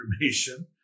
information